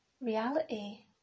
reality